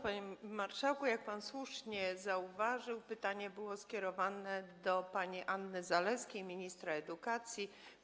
Panie marszałku, jak pan słusznie zauważył, pytanie było skierowane do pani Anny Zalewskiej, ministra edukacji.